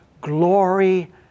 glory